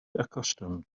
accustomed